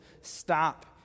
stop